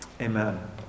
Amen